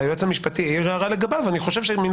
והיועץ המשפטי העיר הערה לגביו אני חושב שמן